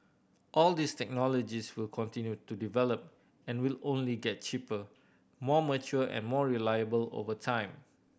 all these technologies will continue to develop and will only get cheaper more mature and more reliable over time